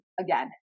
again